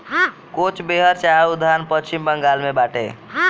कोच बेहर चाय उद्यान पश्चिम बंगाल में बाटे